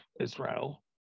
Israel